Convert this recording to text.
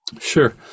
Sure